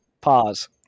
pause